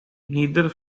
neither